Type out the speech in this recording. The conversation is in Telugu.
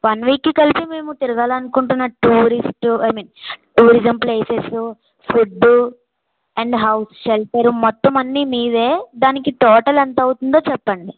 వన్ వీక్కి కలిపి మేము తిరగాలనుకుంటున్న tourist I mean tourism places food and house shelter మొత్తం అన్నీ మీవే దానికి టోటల్ ఎంతవుతుందో చెప్పండి